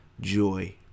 joy